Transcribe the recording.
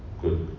good